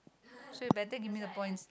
so you better give me the points